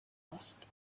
passed